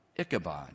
Ichabod